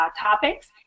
topics